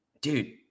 dude